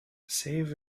save